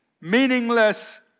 meaningless